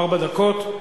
ארבע דקות,